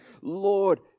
Lord